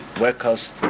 workers